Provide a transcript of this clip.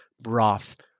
broth